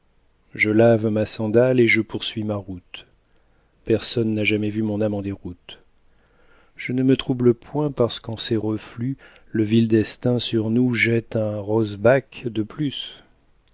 je lave ma sandale et je poursuis ma route personne n'a jamais vu mon âme en déroute je ne me trouble point parce qu'en ses reflux le vil destin sur nous jette un rosbach de plus